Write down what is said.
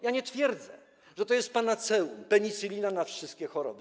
Ja nie twierdzę, że to jest panaceum, penicylina na wszystkie choroby.